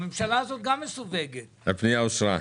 הצבעה אושר הפנייה אושרה.